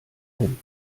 hemd